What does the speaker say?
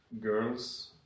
girls